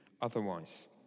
otherwise